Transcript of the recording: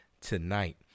tonight